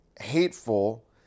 hateful